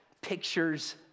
pictures